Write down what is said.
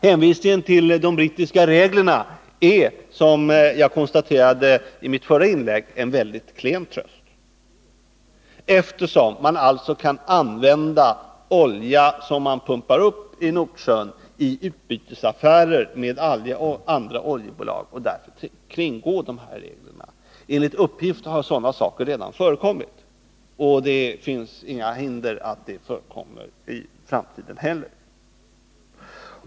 Hänvisningen till de brittiska reglerna är, som jag konstaterade i mitt förra inlägg, en mycket klen tröst, eftersom man kan använda olja som pumpas uppi Nordsjön i utbytesaffärer med andra oljebolag och därigenom kringgå reglerna. Enligt uppgift har sådant redan förekommit, och det finns inget som hindrar att det skulle förekomma i framtiden också.